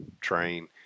train